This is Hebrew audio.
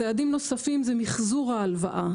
צעדים נוספים זה מחזור ההלוואה,